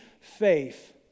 faith